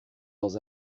dans